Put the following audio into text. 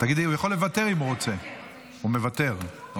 הוא יכול לוותר אם הוא רוצה.